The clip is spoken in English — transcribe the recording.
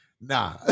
nah